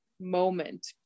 moment